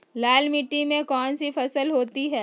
लाल मिट्टी में कौन सी फसल होती हैं?